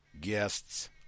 guests